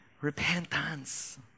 Repentance